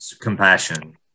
compassion